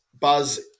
Buzz